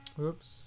Oops